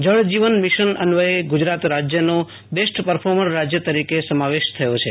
જળ જીવન મિશન અન્વયે ગુજરાત રાજ્યનો બેસ્ટ પરફોર્મર રાજ્ય તરીકે સમાવેશ થયો છે